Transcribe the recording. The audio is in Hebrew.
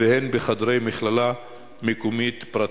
והן בחדרי מכללה מקומית פרטית.